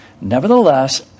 Nevertheless